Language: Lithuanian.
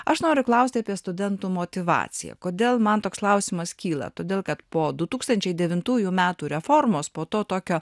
aš noriu klausti apie studentų motyvaciją kodėl man toks klausimas kyla todėl kad po du tūkstančiai devintųjų metų reformos po to tokio